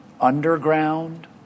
underground